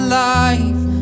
life